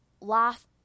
laugh